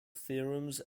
theorems